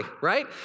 right